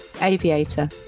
Aviator